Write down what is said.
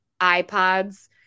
iPods